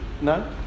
No